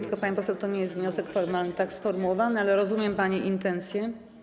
Tylko, pani poseł, to nie jest wniosek formalny, tak sformułowany, ale rozumiem pani intencję.